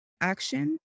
action